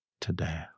today